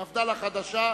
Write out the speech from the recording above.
מפד"ל החדשה.